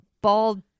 bald